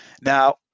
Now